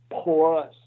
plus